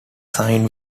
signed